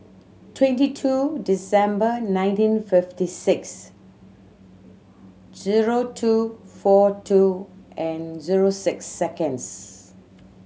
twenty two December nineteen fifty six zero two four two and zero six seconds